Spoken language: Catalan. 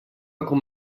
com